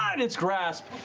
and its grasp,